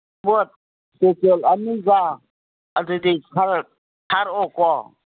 ꯄꯣꯠ ꯄꯦꯀꯦꯠ ꯑꯅꯤꯒ ꯑꯗꯨꯗꯤ ꯈꯔ ꯊꯥꯔꯛꯑꯣꯀꯣ